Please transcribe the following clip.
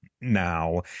now